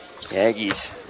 Aggies